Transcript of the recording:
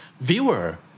viewer